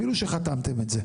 אפילו שחתמתם את זה.